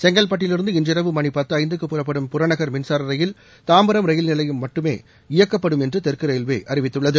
செங்கல்பட்டிலிருந்து இன்றிரவு மணி பத்து ஐந்துக்கு புறப்படும் புறநகர் மின்சார ரயில் தாம்பரம் ரயில் நிலையம் வரை மட்டுமே இயக்கப்படும் என்று தெற்கு ரயில்வே அறிவித்துள்ளது